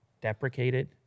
Deprecated